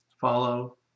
follow